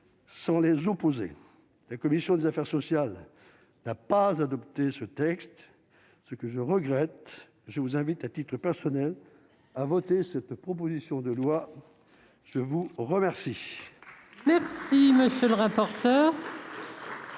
sans les opposer la commission des affaires sociales n'a pas adopté ce texte, ce que je regrette, je vous invite à titre personnel a voté cette proposition de loi, je vous remercie. Merci, monsieur le rapporteur.